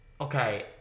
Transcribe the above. Okay